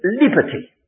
liberty